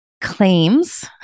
claims